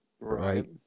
right